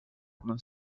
problem